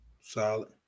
Solid